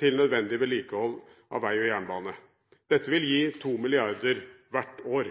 til nødvendig vedlikehold av vei og jernbane. Dette vil gi 2 mrd. kr hvert år.